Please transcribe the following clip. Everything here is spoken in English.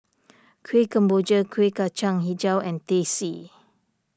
Kueh Kemboja Kuih Kacang HiJau and Teh C